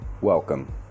welcome